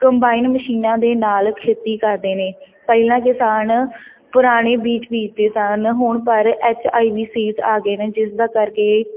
combine ਮਸ਼ੀਨਾਂ ਦੇ ਨਾਲ ਖੇਤੀ ਕਰਦੇ ਨੇ ਪਹਿਲਾਂ ਕਿਸਾਨ ਪੁਰਾਣੇ ਬੀਜ ਬੀਜਦੇ ਸਨ ਹੁਣ ਪਰ ਐਚ ਆਈ ਵੀ ਸੀਜ ਆ ਗਏ ਨੇ ਜਿਸ ਦਾ ਕਰਕੇ